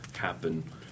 happen